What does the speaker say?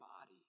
body